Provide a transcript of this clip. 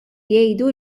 jgħidu